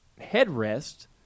headrest